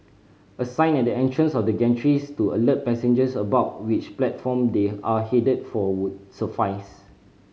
a sign at the entrance of the gantries to alert passengers about which platform they are headed for would suffice